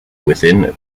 within